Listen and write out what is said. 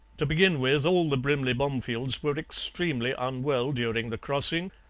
to begin with, all the brimley bomefields were extremely unwell during the crossing,